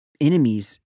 enemies